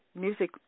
music